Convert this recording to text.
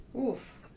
Oof